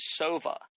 Sova